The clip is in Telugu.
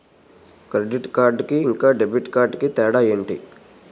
క్రెడిట్ కార్డ్ కి ఇంకా డెబిట్ కార్డ్ కి తేడా ఏంటి?